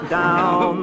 down